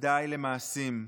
ודאי למעשים.